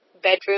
bedroom